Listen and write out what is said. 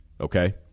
okay